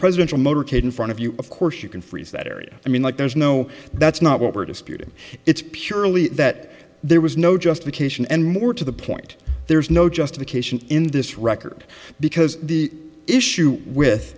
presidential motorcade in front of you of course you can freeze that area i mean like there's no that's not what we're disputing it's purely that there was no justification and more to the point there's no justification in this record because the issue with